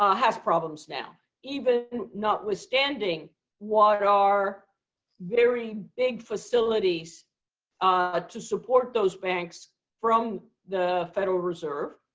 ah has problems now, even notwithstanding what are very big facilities ah to support those banks from the federal reserve.